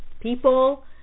people